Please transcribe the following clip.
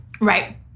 Right